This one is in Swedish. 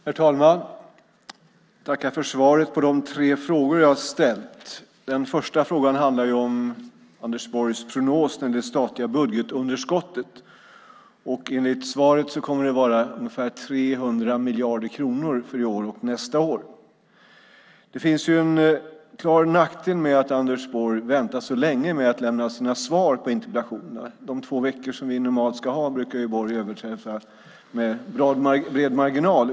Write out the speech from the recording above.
Herr talman! Jag tackar för svaret på de tre frågor jag har ställt. Den första frågan handlar om Anders Borgs prognos när det gäller det statliga budgetunderskottet. Enligt svaret kommer det att vara ungefär 300 miljarder kronor för i år och nästa år. Det finns en klar nackdel med att Anders Borg väntar så länge med att lämna sina svar på interpellationer. De två veckor som det normalt ska ta brukar Borg överträda med bred marginal.